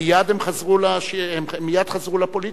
הם מייד חזרו לפוליטיקה.